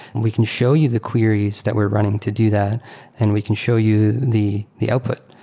we can show you the queries that we're running to do that and we can show you the the output.